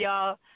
y'all